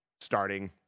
starting